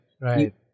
right